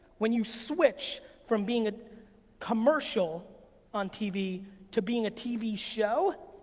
when you switch from being a commercial on tv to being a tv show,